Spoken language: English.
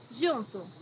junto